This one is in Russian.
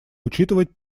учитывать